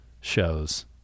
shows